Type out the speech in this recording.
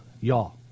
y'all